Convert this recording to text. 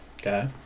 Okay